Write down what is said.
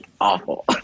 awful